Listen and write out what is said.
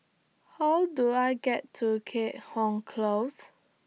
How Do I get to Keat Hong Close